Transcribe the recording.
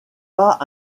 pas